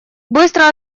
быстро